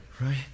right